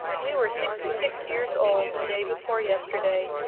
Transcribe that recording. we were sixty-six years old the day before yesterday.